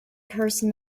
person